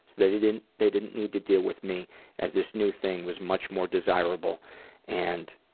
they didn't they didn't need to deal with me as this new thing was much more desirable and